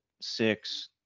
six